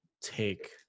take